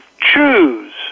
choose